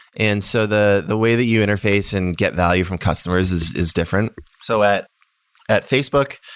and so the the way that you interface and get value from customers is is different. so at at facebook,